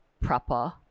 proper